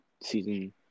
season